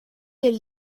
del